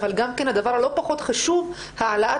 אבל גם כן הדבר הלא פחות חשוב: העלאת